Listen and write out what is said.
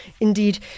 indeed